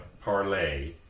parlay